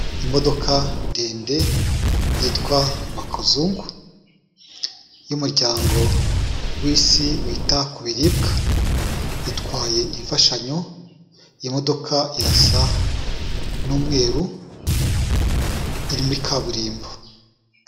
Imodoka ndende, yitwa makuzungu. Y'umuryango w'isi wita ku biribwa. Itwaye imfashanyo, imodoka irasa n'umweru, iri muri kaburimbo.